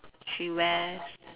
she wears